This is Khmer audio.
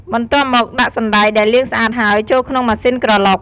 បន្ទាប់់មកដាក់សណ្តែកដែលលាងស្អាតហើយចូលក្នុងម៉ាស៊ីនក្រឡុក។